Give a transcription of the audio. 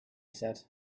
said